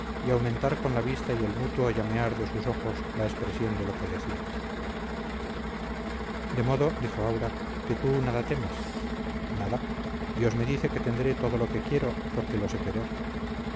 y aumentar con la vista y el mutuo llamear de sus ojos la expresión de lo que decían de modo dijo aura que tú nada temes nada dios me dice que tendré todo lo que quiero porque lo sé querer